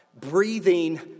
breathing